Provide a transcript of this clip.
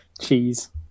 Cheese